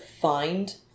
find